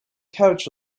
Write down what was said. couch